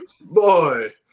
Boy